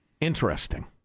Interesting